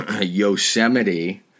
Yosemite